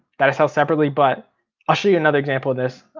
that i sell separately, but i'll show you another example of this.